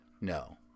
no